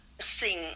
sing